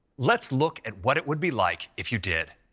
let's look at what it would be like if you did.